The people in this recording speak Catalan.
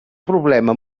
problema